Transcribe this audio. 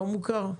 לא מוכר?